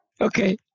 Okay